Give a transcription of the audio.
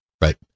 Right